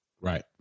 Right